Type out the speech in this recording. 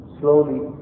slowly